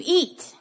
eat